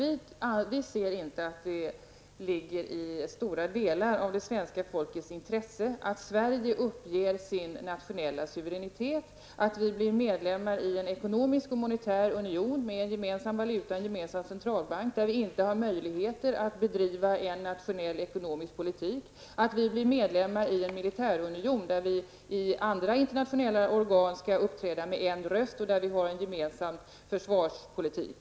Vi ser alltså inte att det ligger i flertalets intresse här i Sverige att Sverige uppger sin nationella suveränitet, att Sverige blir medlem i en ekonomisk och monetär union, där de olika länderna har en gemensam valuta och en gemensam centralbank och där vi inte har möjligheter att bedriva en nationell ekonomisk politik, samt att Sverige blir medlem i en militärunion, där vi i internationella organ skall uppträda med en röst och där man har en gemensam försvarspolitik.